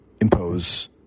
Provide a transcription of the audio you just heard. impose